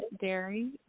dairy